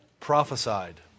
prophesied